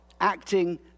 acting